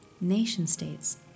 Nation-states